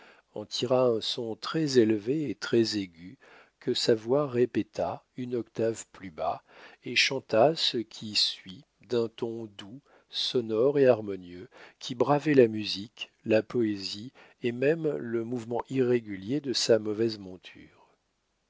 en tira un son très élevé et très aigu que sa voix répéta une octave plus bas et chanta ce qui suit d'un ton doux sonore et harmonieux qui bravait la musique la poésie et même le mouvement irrégulier de sa mauvaise monture